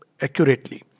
accurately